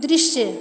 दृश्य